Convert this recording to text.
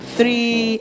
Three